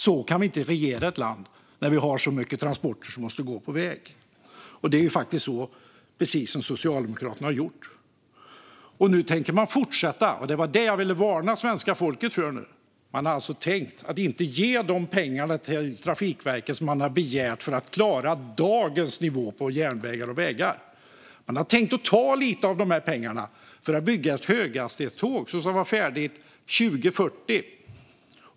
Så kan vi inte regera ett land när vi har så mycket transporter som måste gå på väg. Det är faktiskt precis så som Socialdemokraterna har gjort. Nu tänker man fortsätta, och det var det jag ville varna svenska folket för. Man har alltså tänkt att man inte ska ge de pengar till Trafikverket som de har begärt för att klara dagens nivå på järnvägar och vägar. Man har tänkt ta lite av de pengarna för att bygga ett höghastighetståg som ska vara färdigt 2040.